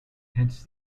hence